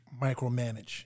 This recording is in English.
micromanage